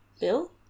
Bill